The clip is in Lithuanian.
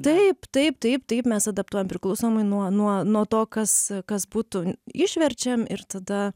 taip taip taip taip mes adaptuojam priklausomai nuo nuo nuo to kas kas būtų išverčiam ir tada